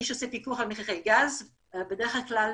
מי שעושה פיקוח על מחירי גז בדרך כלל